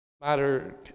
matter